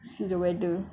see the weather